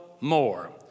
more